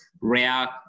rare